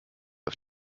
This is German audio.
auf